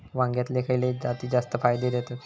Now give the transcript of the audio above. वांग्यातले खयले जाती जास्त फायदो देतत?